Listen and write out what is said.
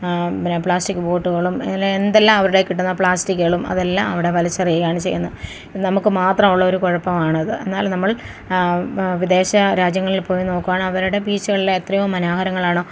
പിന്നെ പ്ലാസ്റ്റിക്ക് ബോട്ടുകളും അങ്ങനെ എന്തെല്ലാം അവരുടെ കയ്യിൽ കിട്ടുന്ന പ്ലാസ്റ്റിക്ക്കളും അതെല്ലാം അവിടെ വലിച്ചെറിയുകയാണ് ചെയ്യുന്നത് നമുക്ക് മാത്രം ഉള്ളൊരു കുഴപ്പമാണത് എന്നാൽ നമ്മൾ വിദേശ രാജ്യങ്ങളിൽപ്പോയി നോക്കുവാണെൽ അവരുടെ ബീച്ചുകൾ എത്രയോ മനോഹരങ്ങളാണ്